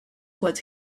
what